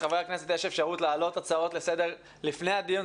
לחברי הכנסת יש אפשרות להעלות הצעות לסדר לפני הדיון,